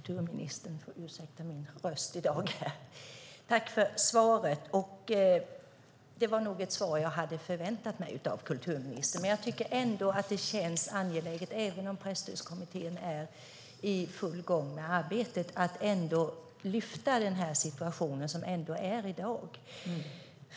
Herr talman! Jag tackar kulturministern för svaret. Det var nog ett svar som jag hade förväntat mig av kulturministern. Även om presstödskommittén är i full gång med arbetet tycker jag att det är angeläget att lyfta fram den situation som ändå råder i dag.